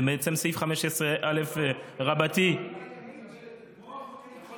זה בעצם סעיף 15א. אם היית מתקבל לתדמור,